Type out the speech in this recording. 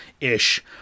ish